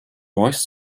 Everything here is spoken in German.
voice